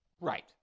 Right